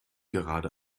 gerade